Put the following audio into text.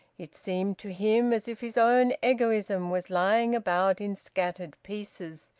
it seemed to him as if his own egoism was lying about in scattered pieces,